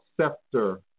scepter